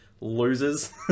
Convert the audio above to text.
losers